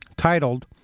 titled